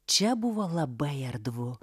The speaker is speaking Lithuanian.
čia buvo labai erdvu